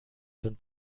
sind